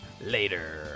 later